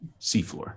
seafloor